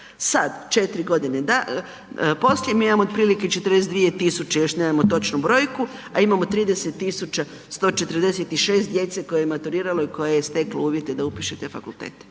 Sada četiri godine poslije mi imamo otprilike 42.000 još nemam točnu brojku, a imamo 30.146 djece koje je maturiralo i koje je steklo uvjete da upiše te fakultete.